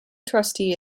trustee